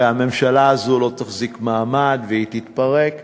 הרי הממשלה הזאת לא תחזיק מעמד והיא תתפרק,